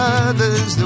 others